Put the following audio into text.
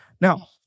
Now